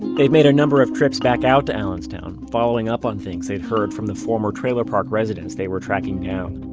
they've made a number of trips back out to allenstown, following up on things they'd heard from the former trailer park residents they were tracking down.